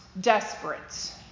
desperate